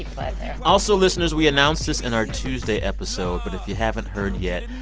also, listeners, we announced this in our tuesday episode. but if you haven't heard yet,